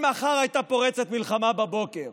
אם מחר הייתה פורצת מלחמה בבוקר,